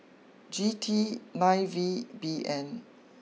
G T nine V B N